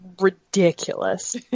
ridiculous